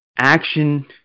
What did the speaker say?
Action